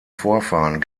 vorfahren